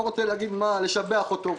אני לא רוצה "לשבח" אותו.